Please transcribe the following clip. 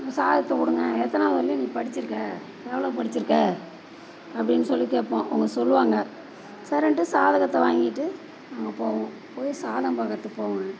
ஜாதகத்த கொடுங்க எத்தனாவது வரையிலும் நீ படிச்சிருக்கே எவ்வளோ படிச்சிருக்கே அப்படின்னு சொல்லி கேட்போம் அவங்க சொல்லுவாங்க சரின்ட்டு ஜாதகத்த வாங்கிட்டு நாங்கள் போவோம் போய் ஜாதகம் பார்க்கறதுக்கு போவேன்